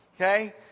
Okay